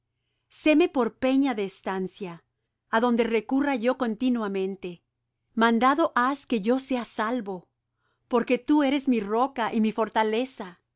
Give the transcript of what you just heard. séme por peña de estancia adonde recurra yo continuamente mandado has que yo sea salvo porque tú eres mi roca y mi fortaleza